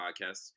podcasts